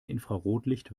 infrarotlicht